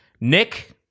Nick